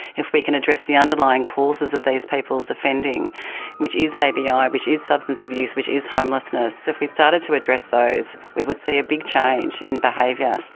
if we can address the underlying causes of these people's offending which is abi, ah which is substance abuse, which is homelessness, if we started to address those we would see a big change in behaviour.